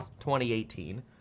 2018